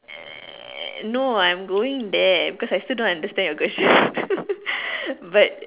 err no I'm going there because I still don't understand your question but